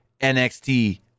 NXT